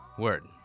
word